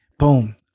boom